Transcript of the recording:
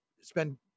spend